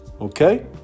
okay